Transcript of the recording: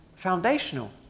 foundational